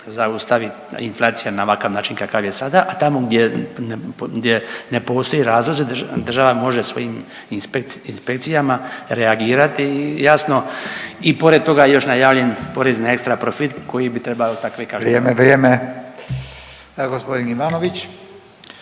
zaustavi inflacija na ovakav način kakav je sada, a tamo gdje, gdje ne postoje razlozi država može svojim inspekcijama reagirati i jasno i pored toga još je najavljen porezni ekstra profit koji bi trebao takve…/Govornik se ne razumije/… …/Upadica: